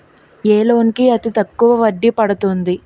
ఏ loan కి అతి తక్కువ వడ్డీ పడుతుంది?